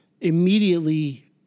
immediately